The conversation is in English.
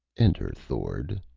enter, thord.